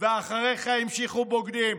ואחריך המשיכו עם "בוגדים".